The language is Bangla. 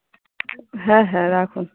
হ্যাঁ হ্যাঁ রাখুন